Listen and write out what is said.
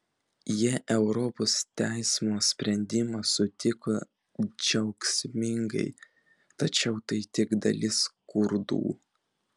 jie europos teismo sprendimą sutiko džiaugsmingai tačiau tai tik dalis kurdų